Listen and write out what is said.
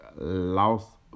lost